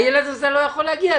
הילד הזה לא יכול להגיע.